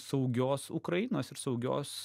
saugios ukrainos ir saugios